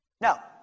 Now